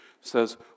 says